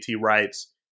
rights